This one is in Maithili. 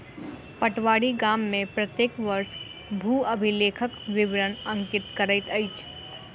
पटवारी गाम में प्रत्येक वर्ष भू अभिलेखक विवरण अंकित करैत अछि